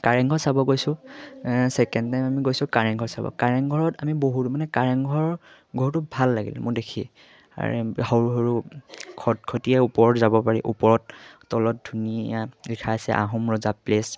কাৰেংঘৰ চাব গৈছোঁ second time আমি গৈছোঁ কাৰেংঘৰ চাব কাৰেংঘৰত আমি বহুতো মানে কাৰেংঘৰ ঘৰটো ভাল লাগিলে মোৰ দেখিয়ে আৰু সৰু সৰু খটখটিয়ে ওপৰত যাব পাৰি ওপৰত তলত ধুনীয়া লিখা আছে আহোম ৰজা প্লেচ